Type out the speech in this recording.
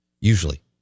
usually